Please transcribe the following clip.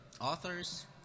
authors